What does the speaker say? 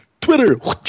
Twitter